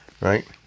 Right